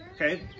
okay